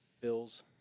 Bills